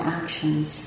actions